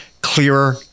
clearer